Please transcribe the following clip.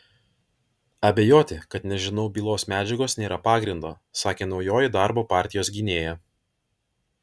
abejoti kad nežinau bylos medžiagos nėra pagrindo sakė naujoji darbo partijos gynėja